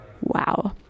Wow